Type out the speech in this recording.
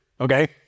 okay